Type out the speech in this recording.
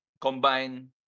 combine